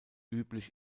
üblich